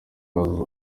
kazi